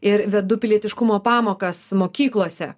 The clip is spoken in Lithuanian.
ir vedu pilietiškumo pamokas mokyklose